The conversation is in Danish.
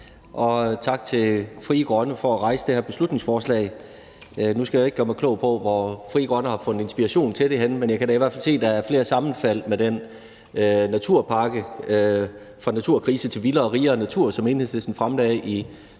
tak til Frie Grønne for at fremsætte det her beslutningsforslag. Nu skal jeg jo ikke gøre mig klog på, hvor Frie Grønne har fundet inspiration til det henne, men jeg kan da i hvert fald se, at der er flere sammenfald med naturpakken »Fra naturkrise til vildere og rigere natur«, som Enhedslisten fremlagde i 2019,